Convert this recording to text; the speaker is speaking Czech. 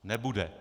Nebude.